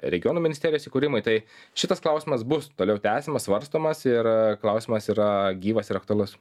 regionų ministerijos įkūrimui tai šitas klausimas bus toliau tęsiamas svarstomas ir klausimas yra gyvas ir aktualus